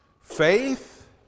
Faith